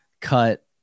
cut